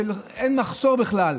שאין מחסור בכלל.